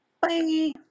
bye